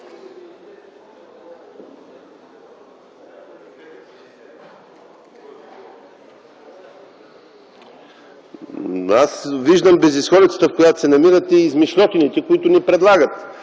Аз виждам безизходицата, в която се намирате и измишльотините, които ни предлагате.